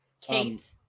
Kate